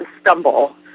stumble